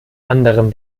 anderem